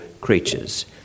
creatures